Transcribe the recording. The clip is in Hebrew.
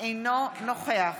אינו נוכח